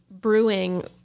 brewing